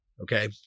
okay